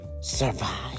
survive